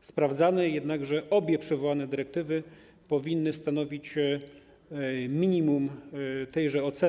sprawdzanej, jednakże obie przywołane dyrektywy powinny stanowić minimum tejże oceny.